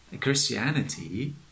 Christianity